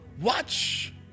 watch